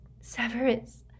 Severus